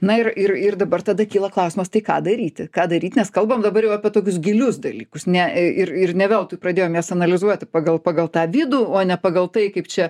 na ir ir ir dabar tada kyla klausimas tai ką daryti ką daryt nes kalbam dabar jau apie tokius gilius dalykus ne ir ir ne veltui pradėjom jas analizuoti pagal pagal tą vidų o ne pagal tai kaip čia